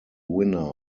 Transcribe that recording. winner